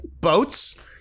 Boats